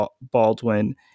Baldwin